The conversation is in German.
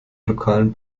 lokalen